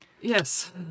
Yes